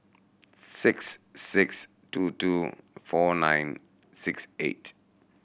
six six two two four nine six eight